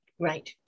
Right